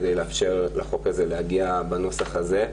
כדי לאפשר לחוק הזה להגיע בנוסח הזה.